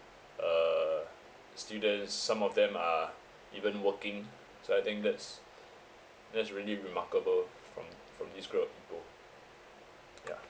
uh students some of them are even working so I think that's that's really remarkable from from this group of people yeah